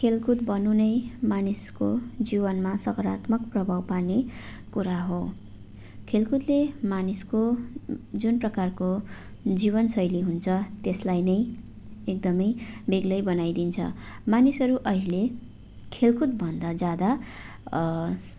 खेलकुद भन्नु नै मानिसको जीवनमा सकारात्मक प्रभाव पार्ने कुरा हो खेलकुदले मानिसको जुन प्रकारको जीवनशैली हुन्छ त्यसलाई नै एकदमै बेग्लै बनाइदिन्छ मानिसहरू अहिले खेलकुदभन्दा ज्यादा